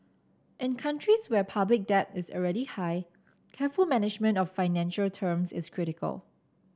in countries where public debt is already high careful management of financing terms is critical